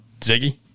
Ziggy